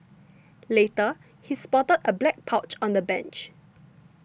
later he spotted a black pouch on the bench